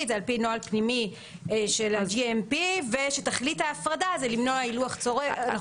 היא על פי נוהל פנימי של ה-GMP ושתכלית ההפרדה היא למנוע הילוך צורב.